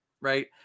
right